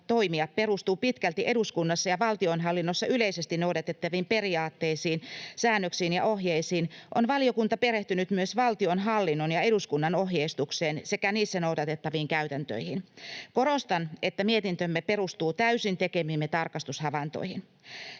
toimia perustuu pitkälti eduskunnassa ja valtionhallinnossa yleisesti noudatettaviin periaatteisiin, säännöksiin ja ohjeisiin, on valiokunta perehtynyt myös valtionhallinnon ja eduskunnan ohjeistukseen sekä niissä noudatettaviin käytäntöihin. Korostan, että mietintömme perustuu täysin tekemiimme tarkastushavaintoihin.